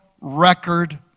record